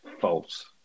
false